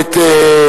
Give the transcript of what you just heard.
או את בית-ג'ן,